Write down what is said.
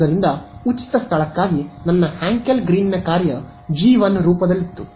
ಆದ್ದರಿಂದ ಉಚಿತ ಸ್ಥಳಕ್ಕಾಗಿ ನನ್ನ ಹ್ಯಾಂಕೆಲ್ ಗ್ರೀನ್ನ ಕಾರ್ಯ ಜಿ 1 ರೂಪದಲ್ಲಿತ್ತು